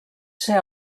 ser